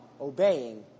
obeying